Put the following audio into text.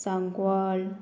Sancoale